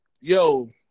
yo